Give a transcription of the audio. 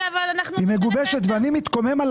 אני מתקומם על